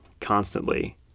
constantly